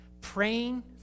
praying